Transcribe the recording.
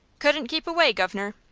couldn't keep away, governor.